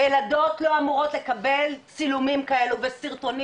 ילדות לא אומרות לקבל צילומים כאלה וסרטונים